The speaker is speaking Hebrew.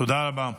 תודה רבה.